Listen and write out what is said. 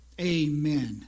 Amen